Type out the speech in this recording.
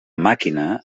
màquina